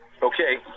okay